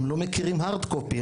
הם לא מכירים הארד-קופי,